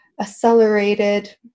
accelerated